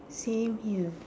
same here